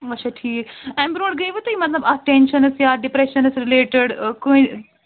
اَچھا ٹھیٖک اَمہِ برٛونٛٹھ گٔیوٕ تُہۍ مطلب اَتھ ٹٮ۪نٛشَنَس یا ڈِپرٮ۪شَنَس رِلیٚٹِڈ کُنہِ